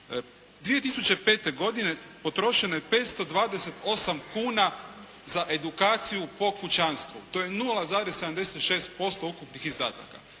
2005. godine potrošeno je 528 kuna za edukaciju po kućanstvu. To je 0,76% ukupnih izdataka.